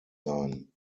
sein